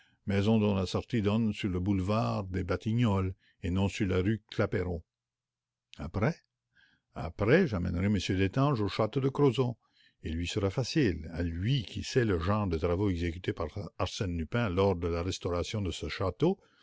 maison dont la sortie donne sur le boulevard des batignolles et non sur la rue clapeyron après après j'emmènerai m destange au château de crozon et il lui sera facile à lui qui sait le genre de travaux exécutés par arsène lupin lors de la restauration de ce château